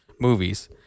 movies